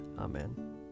Amen